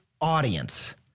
audience